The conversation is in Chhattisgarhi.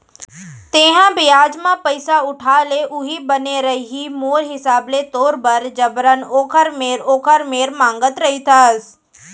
तेंहा बियाज म पइसा उठा ले उहीं बने रइही मोर हिसाब ले तोर बर जबरन ओखर मेर ओखर मेर मांगत रहिथस